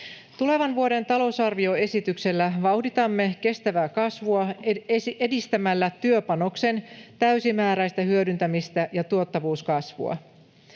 Tulevan vuoden talousarvioesityksellä vauhditamme kestävää kasvua edistämällä työpanoksen täysimääräistä hyödyntämistä ja tuottavuuskasvua.